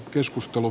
keskustelu